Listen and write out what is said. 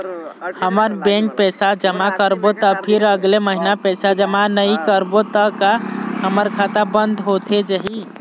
हमन बैंक पैसा जमा करबो ता फिर अगले महीना पैसा जमा नई करबो ता का हमर खाता बंद होथे जाही?